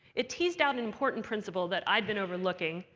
it teased out an important principle that i'd been overlooking,